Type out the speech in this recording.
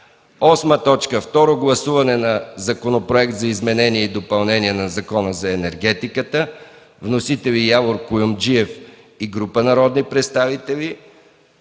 8. Второ гласуване на Законопроект за изменение и допълнение на Закона за енергетиката. Вносители: Явор Куюмджиев и група народни представители